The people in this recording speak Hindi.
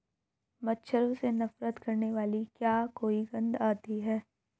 मच्छरों से नफरत करने वाली क्या कोई गंध आती है?